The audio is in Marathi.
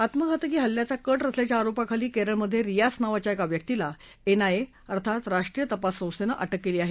आत्मघातकी हल्ल्याचा कट रचल्याच्या आरोपाखाली केरळमधे रियास नावाच्या एका व्यक्तीला एनआयए अर्थात राष्ट्रीय तपास संस्थेनं अटक केली आहे